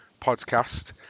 podcast